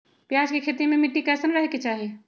प्याज के खेती मे मिट्टी कैसन रहे के चाही?